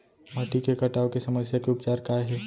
माटी के कटाव के समस्या के उपचार काय हे?